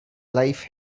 life